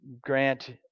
grant